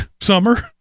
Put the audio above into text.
summer